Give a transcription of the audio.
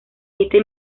este